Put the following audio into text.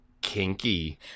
Kinky